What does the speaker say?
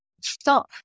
stop